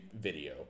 video